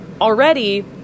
already